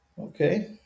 okay